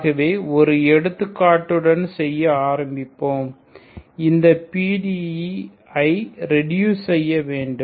ஆகவே ஒரு எடுத்துக்காட்டு உடன் செய்ய ஆரம்பிப்போம் இந்த PDE ஐ ரெடியூஸ் செய்ய வேண்டும்